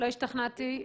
לא השתכנעתי.